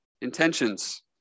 intentions